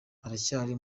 aracyari